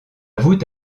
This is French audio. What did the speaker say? voûte